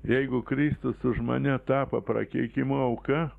jeigu kristus už mane ta prakeikimo auka